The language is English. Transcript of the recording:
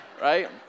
right